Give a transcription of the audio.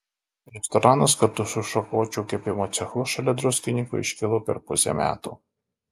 restoranas kartu su šakočių kepimo cechu šalia druskininkų iškilo per pusę metų